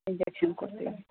injection ಕೊಡ್ತೀವಿ